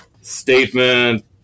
statement